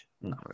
no